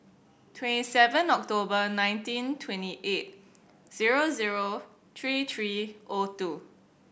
twenty seven October nineteen twenty eight zero zero three three O two